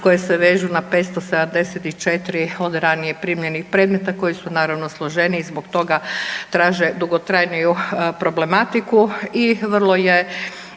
koje se vežu na 574 od ranije primljenih predmeta, koji su naravno, složeniji, zbog toga traže dugotrajniju problematiku i vrlo je